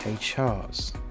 charts